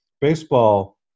baseball